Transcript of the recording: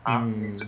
mm